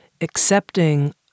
accepting